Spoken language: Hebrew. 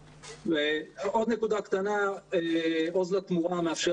עוד נקודה קטנה - "עוז לתמורה" מאפשר